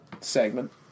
segment